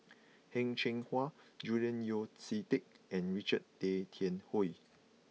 Heng Cheng Hwa Julian Yeo See Teck and Richard Tay Tian Hoe